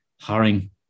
hiring